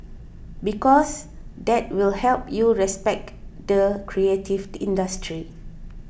because that will help you respect the creative industry